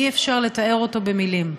אי-אפשר לתאר אותו במילים.